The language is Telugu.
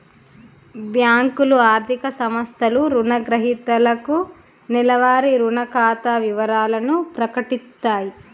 బ్యేంకులు, ఆర్థిక సంస్థలు రుణగ్రహీతలకు నెలవారీ రుణ ఖాతా వివరాలను ప్రకటిత్తయి